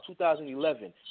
2011